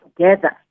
together